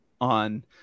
on